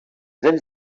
dents